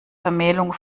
vermählung